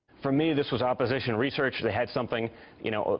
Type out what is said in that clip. for me, this was opposition research. they had something you know,